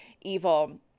evil